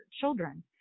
children